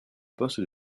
poste